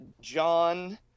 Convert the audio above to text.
John